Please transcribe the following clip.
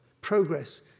progress